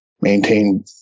maintain